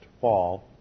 fall